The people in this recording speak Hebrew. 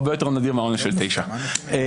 הוא הרבה יותר נדיר מהעונש של תשעה חודשים.